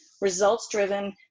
results-driven